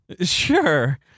Sure